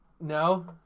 No